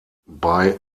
bei